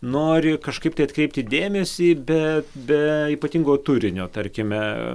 nori kažkaip tai atkreipti dėmesį be be ypatingo turinio tarkime